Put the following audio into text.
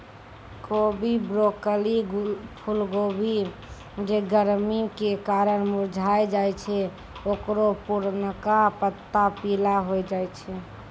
कोबी, ब्रोकली, फुलकोबी जे गरमी के कारण मुरझाय जाय छै ओकरो पुरनका पत्ता पीला होय जाय छै